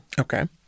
Okay